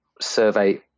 survey